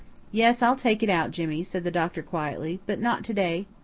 yes, i'll take it out, jimmy, said the doctor quietly but not to-day.